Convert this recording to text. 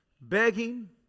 begging